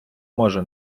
може